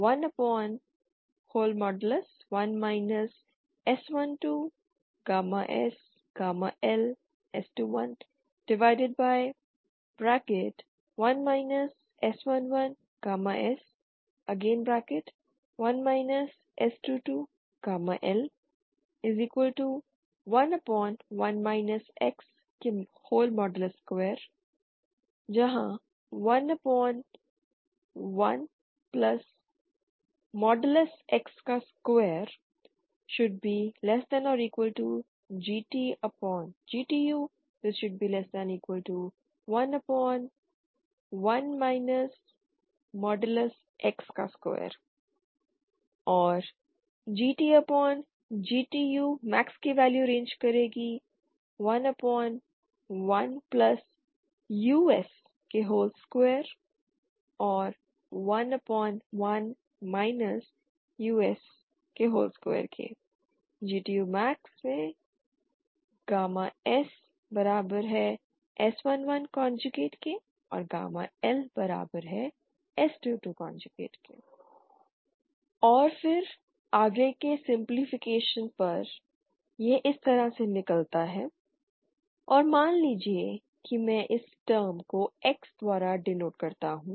GTGTU11 S12SLS211 S11S1 S22L11 X2 11X2GTGTU11 X2 11Ux2GTGTUmax11 Ux2 GTUmax SS11 LS22 और फिर आगे के सिम्प्लिफिकेशन पर यह इस तरह से निकलता है और मान लीजिए कि मैं इस टर्म को X द्वारा डेनोट करता हूं